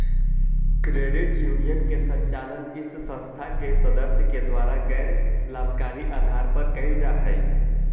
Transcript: credit union के संचालन इस संस्था के सदस्य के द्वारा गैर लाभकारी आधार पर कैल जा हइ